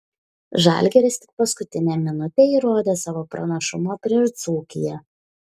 žalgiris tik paskutinę minutę įrodė savo pranašumą prieš dzūkiją